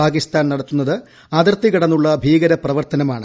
പാകിസ്ഥാൻ നടത്തുന്നത് അതിർത്തി കടന്നുള്ള ഭീകരപ്രവർത്തനമാണ്